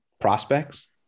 prospects